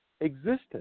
existence